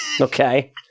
Okay